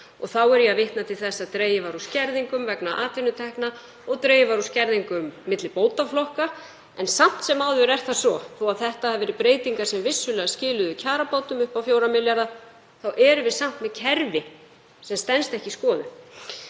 og þá er ég að vitna til þess að dregið var úr skerðingum vegna atvinnutekna og dregið var úr skerðingum milli bótaflokka. Samt sem áður er það svo, þó að þetta hafi verið breytingar sem vissulega skiluðu kjarabótum upp á 4 milljarða, að við erum samt með kerfi sem stenst ekki skoðun.